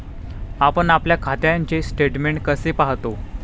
आपण आपल्या खात्याचे स्टेटमेंट कसे पाहतो?